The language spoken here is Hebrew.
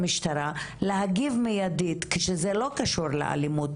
כשיש חדש למשהו שנקרא הסתה,